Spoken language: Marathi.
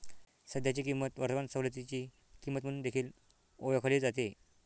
सध्याची किंमत वर्तमान सवलतीची किंमत म्हणून देखील ओळखली जाते